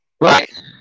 Right